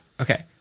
okay